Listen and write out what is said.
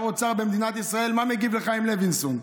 מה מגיב שר אוצר במדינת ישראל לחיים לוינסון: